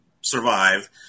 survive